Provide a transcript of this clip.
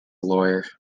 lawyer